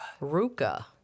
Ruka